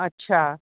अच्छा